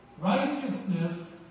Righteousness